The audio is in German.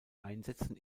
einsätzen